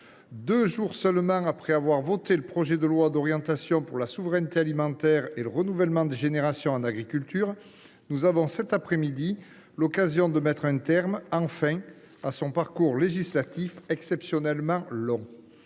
Deux jours seulement après avoir voté le projet de loi d’orientation pour la souveraineté alimentaire et le renouvellement des générations en agriculture, nous avons cet après midi l’occasion de mettre un terme, enfin, à son parcours législatif exceptionnellement long.